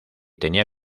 tenía